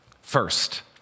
First